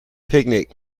picnic